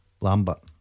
Lambert